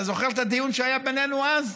אתה זוכר את הדיון שהיה בינינו אז,